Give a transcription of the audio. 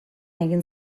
egin